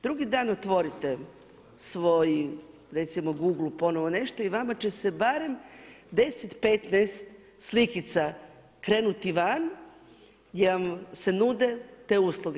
Drugi dan otvorite svoj recimo Google ponovno nešto i vama će se barem 10, 15 slikica krenuti van gdje vam se nude te usluge.